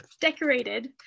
decorated